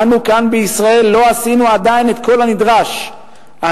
אנו כאן בישראל לא עשינו עדיין את כל הנדרש על